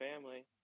family